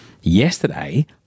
Yesterday